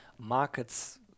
markets